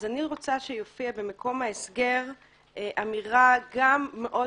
אז אני רוצה שיופיע במקום ההסגר אמירה גם מאוד